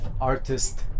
artist